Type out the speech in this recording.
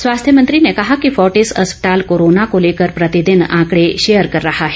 स्वास्थ्य मंत्री ने कहा कि फोर्टिस अस्पताल कोरोना को लेकर प्रतिदिन आंकड़े शेयर कर रहा है